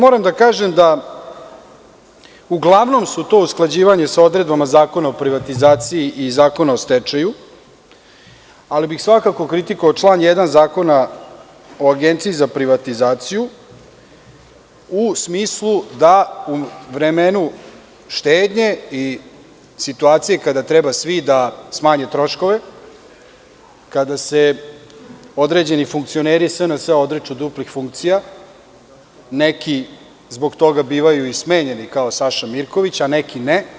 Moram da kažem da su uglavnom to usklađivanja sa odredbama Zakona o privatizaciji i Zakona o stečaju, ali bih svakako kritikovao član 1. Zakona o Agenciji za privatizaciju u smislu da u vremenu štednje i situacije kada treba svi da smanje troškove, kada se određeni funkcioneri SNS odriču duplih funkcija, neki zbog toga bivaju izmenjeni, kao Saša Mirković, a neki ne